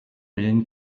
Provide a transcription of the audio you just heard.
willen